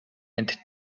and